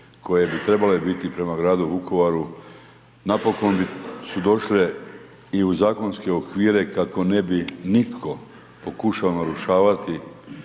koje bi trebale biti prema gradu Vukovaru napokon su došle i u zakonske okvire kako ne bi nitko pokušao narušavati.